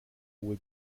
hohe